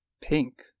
pink